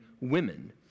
women